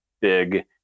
big